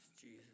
Jesus